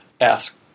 ask